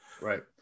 Right